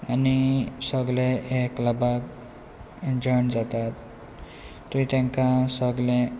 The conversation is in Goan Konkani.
आनी सगले हे क्लबाक जॉयन जातात थंय तांकां सगले